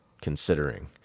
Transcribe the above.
considering